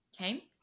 Okay